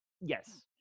Yes